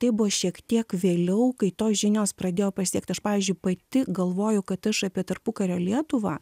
tai buvo šiek tiek vėliau kai tos žinios pradėjo pasiekt aš pavyzdžiui pati galvoju kad aš apie tarpukario lietuvą